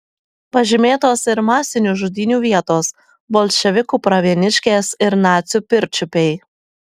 pažymėtos ir masinių žudynių vietos bolševikų pravieniškės ir nacių pirčiupiai